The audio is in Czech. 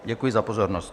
Děkuji za pozornost.